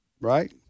right